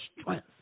strength